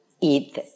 eat